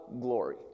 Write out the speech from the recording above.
glory